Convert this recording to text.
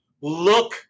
look